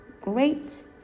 great